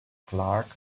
clark